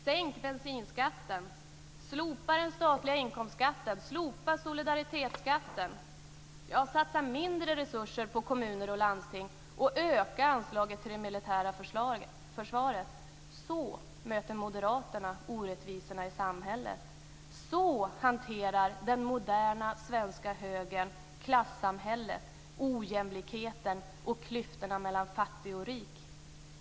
Sänk bensinskatten! Slopa den statliga inkomstskatten! Slopa solidaritetsskatten! Ja, satsa mindre resurser på kommuner och landsting och öka anslaget till det militära försvaret! Så möter moderaterna orättvisorna i samhället. Så hanterar den moderna svenska högern klassamhället, ojämlikheten och klyftorna mellan fattig och rik.